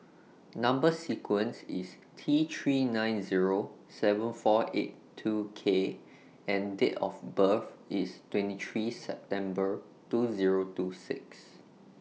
Number sequence IS T three nine Zero seven four eight two K and Date of birth IS twenty three September two Zero two six